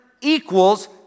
equals